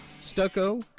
Stucco